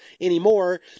anymore